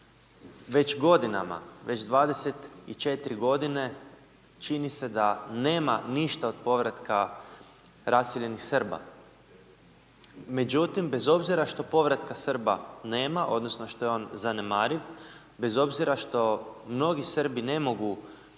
već godinama, već 24 godine čini se da nema ništa od povratka raseljenih Srba, međutim, bez obzira što povratka Srba nema, odnosno što je on zanemariv, bez obzira što mnogi Srbi ne mogu